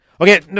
Okay